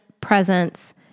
Presence